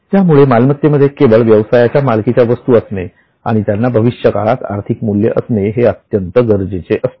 त्यामुळे मालमत्तेमध्ये केवळ व्यवसायाच्या मालकीच्या वस्तू असणे आणि त्यांना भविष्यकाळात आर्थिक मूल्य असणे हे अत्यंत गरजेचे असते